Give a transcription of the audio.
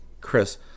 Chris